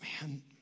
man